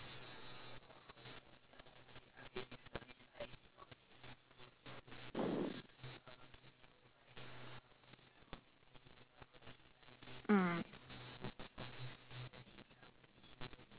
mm